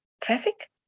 traffic